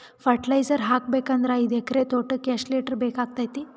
Fertiliser ಹಾಕಬೇಕು ಅಂದ್ರ ಐದು ಎಕರೆ ತೋಟಕ ಎಷ್ಟ ಲೀಟರ್ ಬೇಕಾಗತೈತಿ?